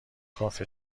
کافه